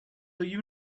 you